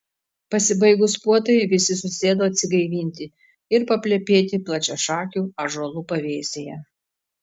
pasibaigus puotai visi susėdo atsigaivinti ir paplepėti plačiašakių ąžuolų pavėsyje